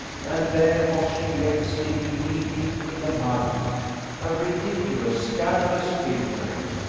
and there was she left sticking knee deep in the mud a ridiculous, scandalous figure.